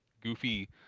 goofy